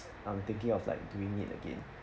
I'm thinking of like doing it again